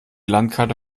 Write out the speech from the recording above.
landkarte